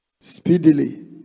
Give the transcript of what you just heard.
Speedily